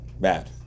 Bad